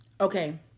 Okay